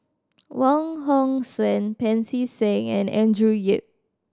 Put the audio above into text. Wong Hong Suen Pancy Seng and Andrew Yip